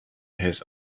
his